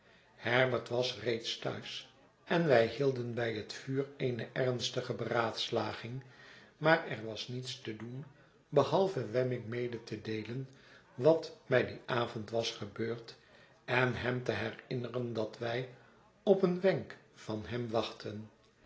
herbert was reeds thuis en wij hielden bij het vuur eene ernstige beraadslaging maar er was niets te doen behalve wemmick mede te deelen wat mij dien avond was gebeurd en hem te herinneren dat wij op een wenk van hem wachtten